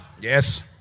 Yes